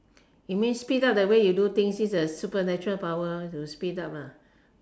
you mean speed up the way you do things use the supernatural power to speed up lah